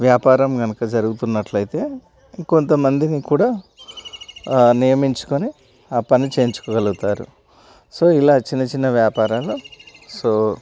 వ్యాపారం కనుక జరుగుతున్నట్లయితే ఇంకొంత మందిని కూడా నియమించుకుని ఆ పని చేయించుకోగలుగుతారు సో ఇలా చిన్న చిన్న వ్యాపారాలు సో